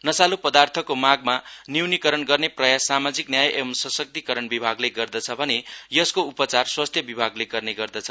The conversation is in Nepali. नशाल् पदार्थको मागमा न्यूनीकरण गर्ने प्रयास सामाजिक न्याय एवं सशक्तिकरण विभागले गर्छ भने यसको उपचार स्वास्थ्य विभागले गर्ने गर्दछ